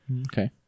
Okay